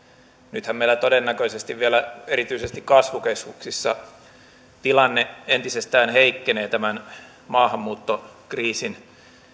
nythän meillä todennäköisesti vielä erityisesti kasvukeskuksissa tilanne entisestään heikkenee tämän maahanmuuttokriisin